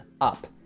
up